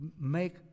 make